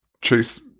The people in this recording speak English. chase